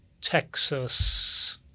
Texas